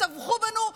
וטבחו בנו,